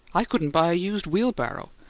i couldn't buy a used wheelbarrow.